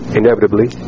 inevitably